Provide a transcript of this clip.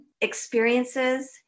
experiences